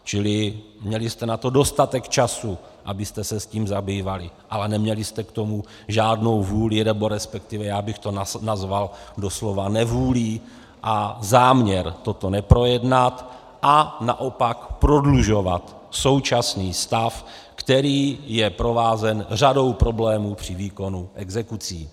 Čili měly jste na to dostatek času, abyste se tím zabývaly, ale neměly jste k tomu žádnou vůli, resp. já bych to nazval doslova nevůlí a záměrem toto neprojednat, naopak prodlužovat současný stav, který je provázen řadou problémů při výkonu exekucí.